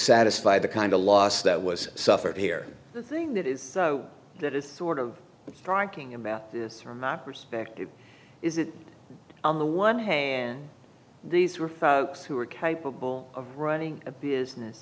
satisfy the kind of loss that was suffered here the thing that is so that is sort of striking about this from my perspective is that on the one hand these were folks who are capable of running a business